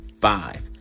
five